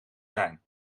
zijn